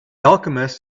alchemist